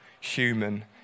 human